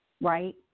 Right